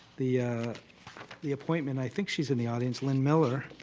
the the appointment, i think she's in the audience lynn miller